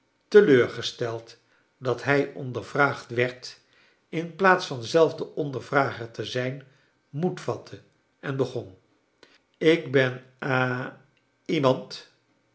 teleurgesteld dat hij onondervraagd werd in plaats van zelf de ondervrager te zijn moed vatte en begon ik ben ha iemand